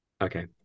Okay